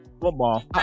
Football